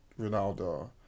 Ronaldo